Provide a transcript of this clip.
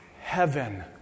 heaven